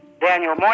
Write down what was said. Daniel